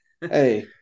hey